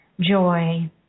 joy